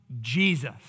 Jesus